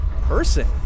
person